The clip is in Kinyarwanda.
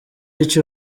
icyo